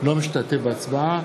לא משתתף בהצבעה.